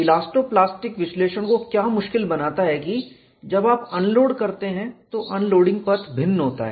elasto plastic विश्लेषण को क्या मुश्किल बनाता है कि जब आप अनलोड करते हैं तो अनलोडिंग पथ भिन्न होता है